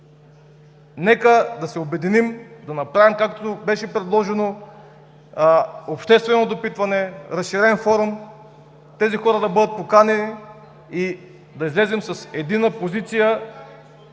Нека да се обединим, да направим, както беше предложено: обществено допитване, разширен форум, тези хора да бъдат поканени и да излезем с единна позиция